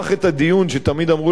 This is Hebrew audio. שתמיד אמרו לנו: ששש,